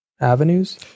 avenues